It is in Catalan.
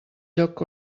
lloc